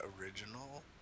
original